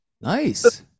Nice